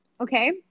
Okay